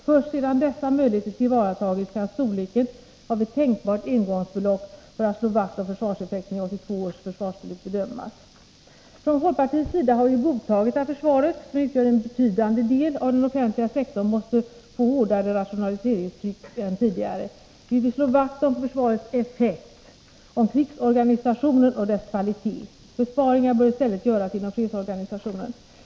Först sedan dessa möjligheter tillvaratagits kan storleken av ett tänkbart engångsbelopp för att slå vakt om försvarseffekten i 1982 års försvarsbeslut bedömas. Från folkpartiets sida har vi godtagit att försvaret — som utgör en betydande del av den offentliga sektorn — måste få hårdare rationaliseringstryck än tidigare. Vi vill slå vakt om försvarets effekt, om krigsorganisationen och dess kvalitet. Besparingar bör i stället göras inom fredsorganisationen.